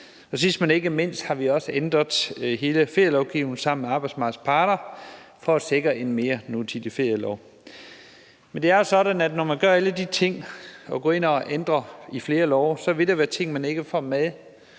sidst, men ikke mindst, har vi også ændret hele ferielovgivningen sammen med arbejdsmarkedets parter for at sikre en mere nutidig ferielov. Men det er jo sådan, at når man gør alle de ting og går ind og ændrer i flere love, vil der være ting, man ikke får med,